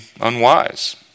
unwise